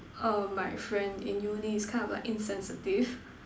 err my friend in Uni is kind of like insensitive